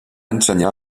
ensenyar